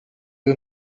you